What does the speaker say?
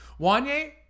Wanye